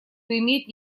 имеет